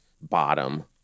bottom